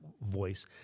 voice